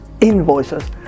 invoices